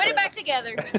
and back together.